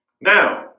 Now